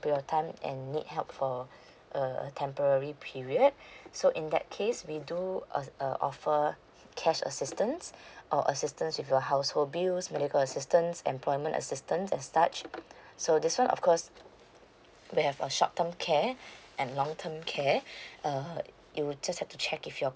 your time and need help for a a temporary period so in that case we do uh uh offer cash assistance or assistance with a household bills medical assistance employment assistance as such so this one of course we have a short term care and long term okay uh you just have to check if your